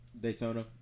Daytona